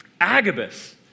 Agabus